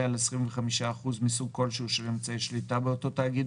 על 25% מסוג כלשהו של אמצעי שליטה באותו תאגיד,